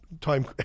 time